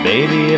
Baby